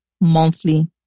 monthly